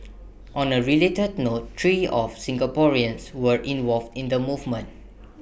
on A related note three of Singaporeans were involved in the movement